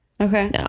okay